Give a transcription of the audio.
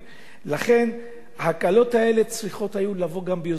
לכן ההקלות האלה צריכות היו לבוא גם ביוזמת הממשלה,